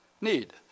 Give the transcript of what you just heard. need